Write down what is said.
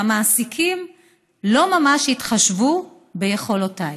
והמעסיקים לא ממש התחשבו ביכולותיי.